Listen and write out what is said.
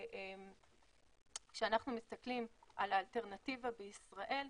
כשאנחנו מסתכלים על האלטרנטיבה בישראל,